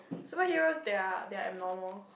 superheros they are they are abnormal